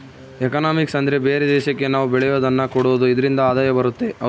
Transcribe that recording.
economics ಅಂದ್ರೆ ಬೇರೆ ದೇಶಕ್ಕೆ ನಾವ್ ಬೆಳೆಯೋದನ್ನ ಕೊಡೋದು ಇದ್ರಿಂದ ಆದಾಯ ಬರುತ್ತೆ